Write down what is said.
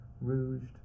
rouged